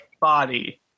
body